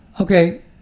Okay